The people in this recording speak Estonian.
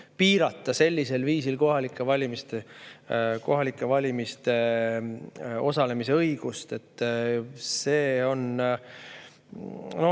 piirata sellisel viisil kohalikel valimistel osalemise õigust. See on,